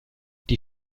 die